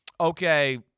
okay